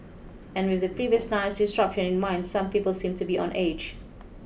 and with the previous night's disruption in mind some people seemed to be on edge